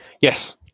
yes